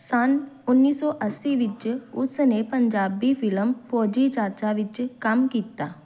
ਸੰਨ ਉੱਨੀ ਸੌ ਅੱਸੀ ਵਿੱਚ ਉਸ ਨੇ ਪੰਜਾਬੀ ਫ਼ਿਲਮ ਫੌਜੀ ਚਾਚਾ ਵਿੱਚ ਕੰਮ ਕੀਤਾ